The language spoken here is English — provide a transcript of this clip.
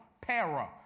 para